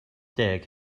deg